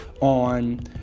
on